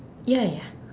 ya ya